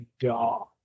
God